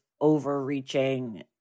overreaching